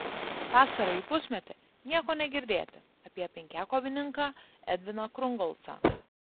pastarąjį pusmetį nieko negirdėti apie penkiakovininką edviną krungolcą